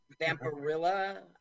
Vampirilla